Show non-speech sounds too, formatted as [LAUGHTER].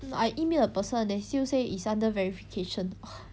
I email the person they still say is under verification [NOISE]